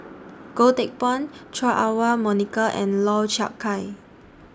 Goh Teck Phuan Chua Ah Huwa Monica and Lau Chiap Khai